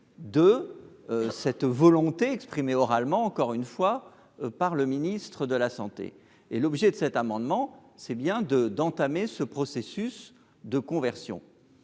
de cette volonté exprimée oralement, encore une fois, par le ministre de la santé et l'objet de cet amendement, c'est bien de d'entamer ce processus de conversion,